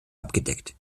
abgedeckt